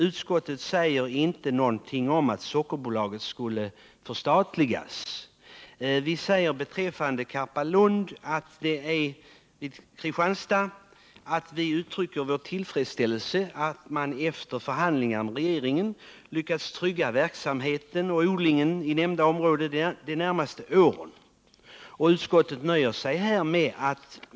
Utskottet säger inte någonting om att Sockerbolaget skulle förstatligas. Beträffande Karpalund i Kristianstads län uttrycker vi vår tillfredsställelse över att man efter förhandlingar med regeringen lyckats trygga verksamheten och odlingen i nämnda område . under de närmaste åren.